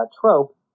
trope